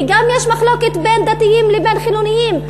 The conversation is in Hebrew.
וגם יש מחלוקת בין דתיים לבין חילונים.